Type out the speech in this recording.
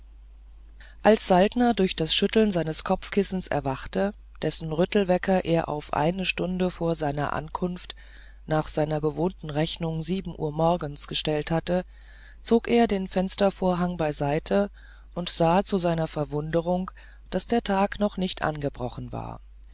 als saltner durch das schütteln seines kopfkissens erwachte dessen rüttel wecker er auf eine stunde vor seiner ankunft nach seiner gewohnten rechnung sieben uhr morgens gestellt hatte zog er den fenstervorhang beiseite und sah zu seiner verwunderung daß der tag noch nicht angebrochen war